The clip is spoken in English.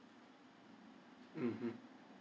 mmhmm